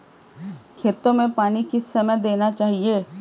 खेतों में पानी किस समय देना चाहिए?